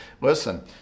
listen